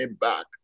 back